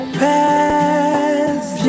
past